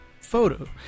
photo